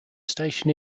station